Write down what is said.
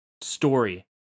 story